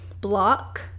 block